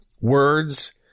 words